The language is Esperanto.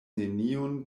neniun